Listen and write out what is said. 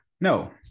no